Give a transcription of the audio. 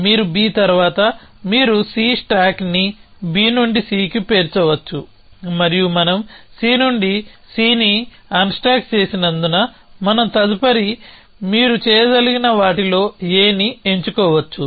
మీరు B తర్వాత మీరు C స్టాక్ని B నుండి Cకి పేర్చవచ్చు మరియు మనం C నుండి C ని అన్స్టాక్ చేసినందున మనం తదుపరి మీరు చేయగలిగిన వాటిలో A ని ఎంచుకోవచ్చు